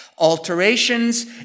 Alterations